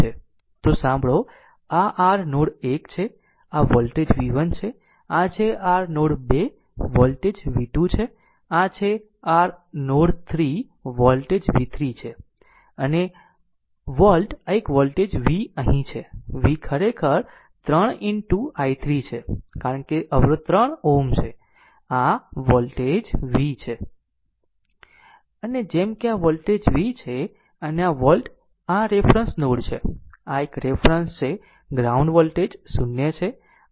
તો સાંભળો આ r નોડ 1 છે આ વોલ્ટેજ v 1 છે અને આ છે r નોડ 2 વોલ્ટેજ v 2 છે આ છે r નોડ 3 વોલ્ટેજ v 3 છે અને વોલ્ટ આ એક વોલ્ટેજ v અહીં છે v ખરેખર 3 into i3 છે કારણ કે અવરોધ 3 Ω છે આ વોલ્ટેજ v છે અને જેમ કે આ વોલ્ટેજ v છે અને આ વોલ્ટ આ રેફરન્સ નોડ છે આ એક આ રેફરન્સ છે ગ્રાઉન્ડ વોલ્ટેજ 0 છે